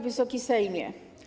Wysoki Sejmie!